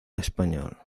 español